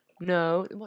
No